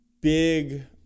big